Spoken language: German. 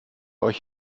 euch